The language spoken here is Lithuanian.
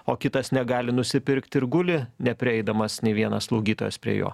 o kitas negali nusipirkti ir guli neprieidamas nei vienas slaugytojas prie jo